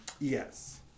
Yes